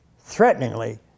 threateningly